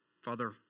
Father